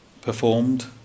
performed